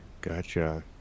gotcha